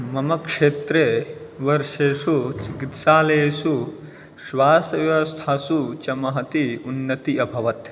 मम क्षेत्रे वर्षेषु चिकित्सालयेषु श्वासव्यवस्थासु च महती उन्नति अभवत्